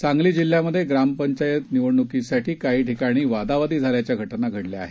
सांगली जिल्ह्यात ग्राम पंचायत निवडण्की साठी काही ठिकाणी वादावादी झाल्याच्या घटना घडल्या आहेत